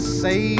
say